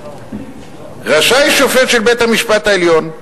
"רשאי שופט של בית-המשפט העליון,